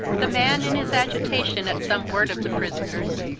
the man in his agitation at some word of the prisoner's,